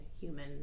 human